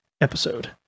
episode